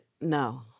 no